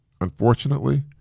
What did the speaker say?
Unfortunately